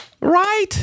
Right